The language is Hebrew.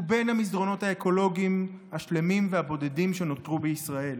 שהוא בין המסדרונות האקולוגיים השלמים הבודדים שנותרו בישראל.